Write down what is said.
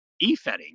e-fetting